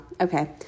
okay